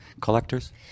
collectors